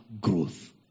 growth